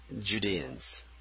Judeans